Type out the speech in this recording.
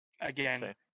Again